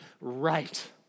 right